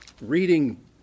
Reading